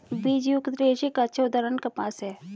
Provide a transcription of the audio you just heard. बीजयुक्त रेशे का अच्छा उदाहरण कपास है